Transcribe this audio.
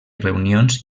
reunions